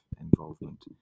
involvement